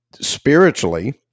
spiritually